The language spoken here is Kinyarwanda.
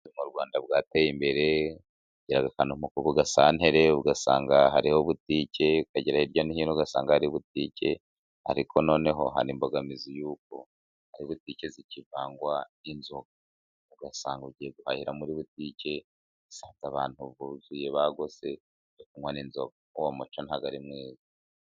Ubucuruzi bw'u Rwanda bwateye imbere cyane ku gasantere ugasanga hariho butike ukagera hirya no hino ugasanga hari butike ariko noneho hari imbogamizi y'uko hari butike zikivangwa n'inzoga. Ugasanga ugiye guhahira muri butike ugasanga abantu buzuye bagose bari kunywa n'inzoga uwo muco ntabwo ari mwiza.